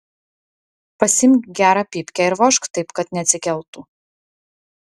pasiimk gerą pypkę ir vožk taip kad neatsikeltų